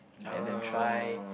let them try